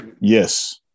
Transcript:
yes